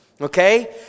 okay